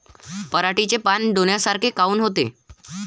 पराटीचे पानं डोन्यासारखे काऊन होते?